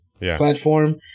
platform